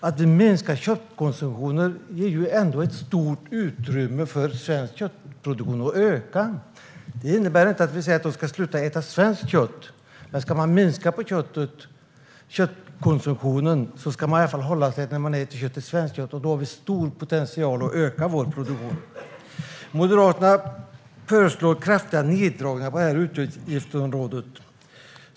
En minskad köttkonsumtion ger ändå ett stort utrymme för svensk köttproduktion att öka. Det innebär nämligen inte att människor ska sluta äta svenskt kött. Ska man minska på köttkonsumtionen kan man i alla fall hålla sig till svenskt kött när man väl äter kött, och därmed har vi stor potential att öka vår produktion. Moderaterna föreslår kraftiga neddragningar på det här utgiftsområdet.